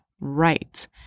right